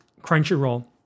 Crunchyroll